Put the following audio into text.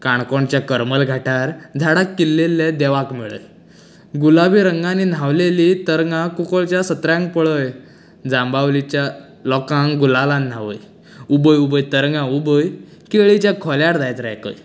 काणकोणच्या करमल घाटार झाडाक किल्लयल्लें देवाक मेळय गुलाबी रंगानी न्हावलेली तरंगां कुंकळेच्या सत्र्यांक पळय जांबावलेच्या लोकांक गुलालान न्हावंय उबय उबय तरंगा उबय केळीच्या खोल्यार दायज राखय